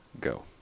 go